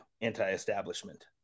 anti-establishment